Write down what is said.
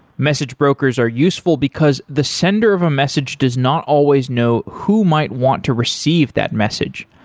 message brokers are useful, because the sender of a message does not always know who might want to receive that message.